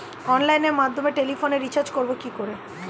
অনলাইনের মাধ্যমে টেলিফোনে রিচার্জ করব কি করে?